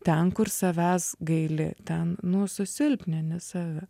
ten kur savęs gaili ten nu susilpnini save